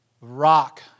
rock